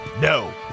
No